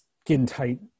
skin-tight